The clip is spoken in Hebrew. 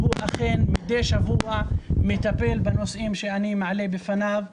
והוא אכן מדי שבוע מטפל בנושאים שאני מעלה בפניו.